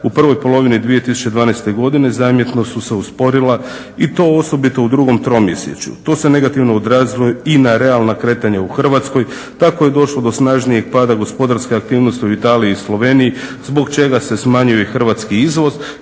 u prvoj polovini 2012. godine zamjetno su se usporila i to osobito u drugom tromjesečju. To se negativno odrazilo i na realna kretanja u Hrvatskoj. Tako je došlo do snažnijeg pada gospodarske aktivnosti u Italiji i Sloveniji zbog čega se smanjuje i hrvatski izvoz,